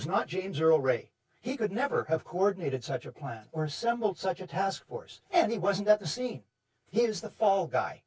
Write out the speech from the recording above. ray he could never have coordinated such a plan or some such a task force and he wasn't at the scene he is the fall guy